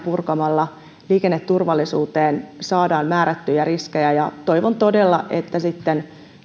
purkamalla liikenneturvallisuuteen saadaan määrättyjä riskejä toivon todella että sitten